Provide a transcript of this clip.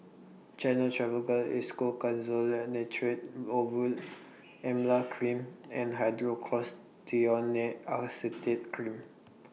Gyno Travogen Isoconazole Nitrate Ovule Emla Cream and Hydrocortisone Acetate Cream